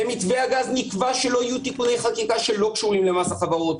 במתווה הגז נקבע שלא יהיו תיקוני חקיקה שלא קשורים למס החברות.